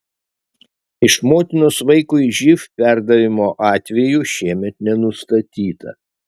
iš motinos vaikui živ perdavimo atvejų šiemet nenustatyta